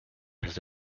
has